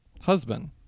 husband